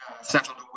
Central